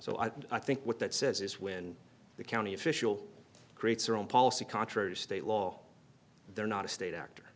so i think what that says is when the county official creates their own policy contrary to state law they're not a state actor